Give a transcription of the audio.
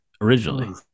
originally